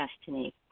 destiny